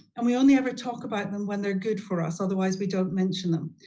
and we only ever talk about them when they're good for us, otherwise we don't mention them.